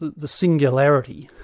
the the singularity,